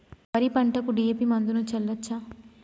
వరి పంట డి.ఎ.పి మందును చల్లచ్చా?